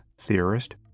theorist